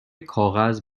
کاغذ